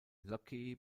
locke